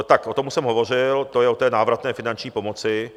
Tak o tom už jsem hovořil, to je o té návratné finanční pomoci.